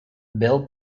bill